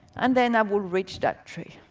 and then i would reach that tree.